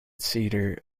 cedar